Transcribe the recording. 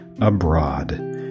abroad